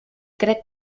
crec